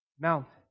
mountain